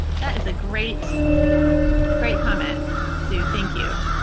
that is a great great comment sue, thank you.